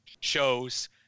shows